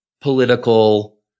political